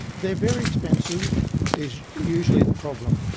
they're very expensive is usually the problem.